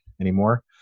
anymore